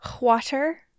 Water